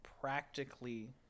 practically